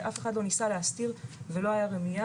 אף אחד לא ניסה להסתיר את זה וזו לא הייתה רמייה,